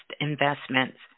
investments